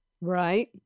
Right